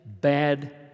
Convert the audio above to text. bad